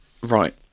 Right